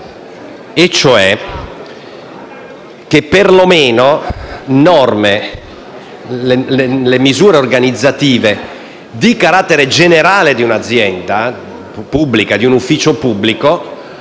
e, cioè, che perlomeno le misure organizzative di carattere generale di un'azienda pubblica, di un ufficio pubblico,